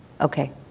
Okay